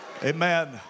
Amen